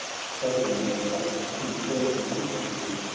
struggling with fate in awful mystery.